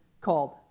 called